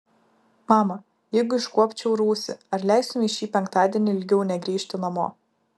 mama jeigu iškuopčiau rūsį ar leistumei šį penktadienį ilgiau negrįžti namo